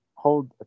hold